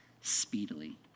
speedily